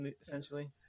essentially